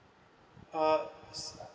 uh yes